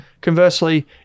Conversely